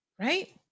Right